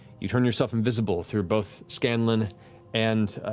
you turned yourself invisible through both scanlan and